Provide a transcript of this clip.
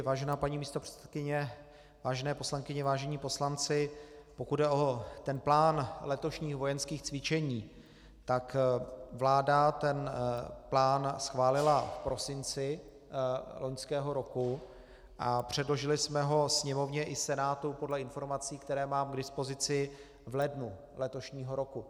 Vážená paní místopředsedkyně, vážené poslankyně, vážení poslanci, pokud jde o plán letošních vojenských cvičení, tak vláda ten plán schválila v prosinci loňského roku a předložili jsme ho Sněmovně i Senátu podle informací, které mám k dispozici, v lednu letošního roku.